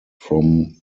from